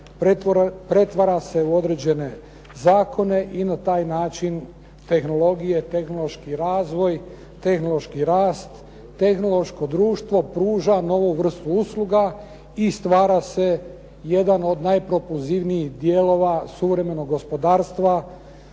pretvara se u određene zakone i na taj način tehnologije, tehnološki razvoj, tehnološki rast, tehnološko društvo pruža novu vrstu usluga i stvara se jedan od najpropulzivnijih dijelova suvremenog gospodarstva,